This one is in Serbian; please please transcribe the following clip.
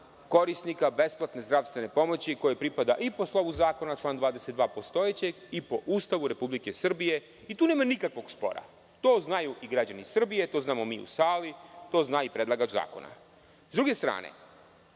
korisnika besplatne zdravstvene pomoći kojoj pripada i po slovu zakona član 22. postojećeg i po Ustavu Republike Srbije i tu nema nikakvog spora. To znaju i građani Srbije, to znamo mi u sali, to zna i predlagač zakona.S druge strane,